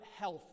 health